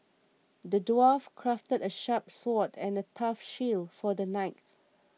the dwarf crafted a sharp sword and a tough shield for the knight